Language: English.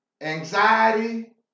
anxiety